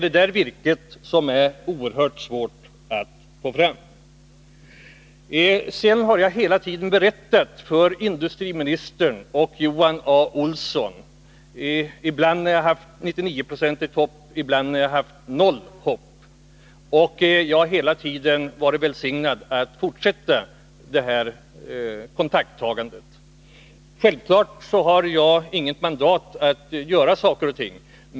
Men virket är oerhört svårt att få fram. Jag har hela tiden berättat för industriministern och Johan A. Olsson både när jag har haft 99-procentigt hopp om att lyckas och när jag har haft nollprocentigt hopp. Jag har hela tiden haft deras välsignelse att fortsätta mitt kontakttagande. Självfallet har jag inget mandat att göra saker och ting.